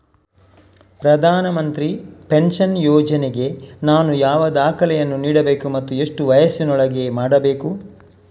ಪ್ರಧಾನ ಮಂತ್ರಿ ಪೆನ್ಷನ್ ಯೋಜನೆಗೆ ನಾನು ಯಾವ ದಾಖಲೆಯನ್ನು ನೀಡಬೇಕು ಮತ್ತು ಎಷ್ಟು ವಯಸ್ಸಿನೊಳಗೆ ಮಾಡಬೇಕು?